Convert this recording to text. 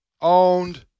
owned